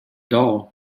doll